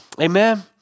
Amen